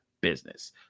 business